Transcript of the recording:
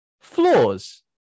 flaws